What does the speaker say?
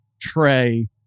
Trey